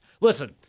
Listen